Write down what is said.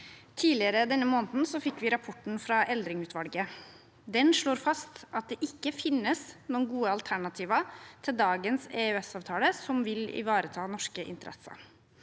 Tidligere denne måneden fikk vi rapporten fra Eldring-utvalget. Den slår fast at det ikke finnes noen gode alternativer til dagens EØS-avtale som vil ivareta norske interesser.